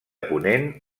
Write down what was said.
ponent